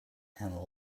and